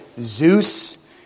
Zeus